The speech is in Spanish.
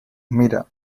mira